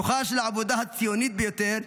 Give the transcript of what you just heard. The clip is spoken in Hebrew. רוחה של העבודה הציונית ביותר,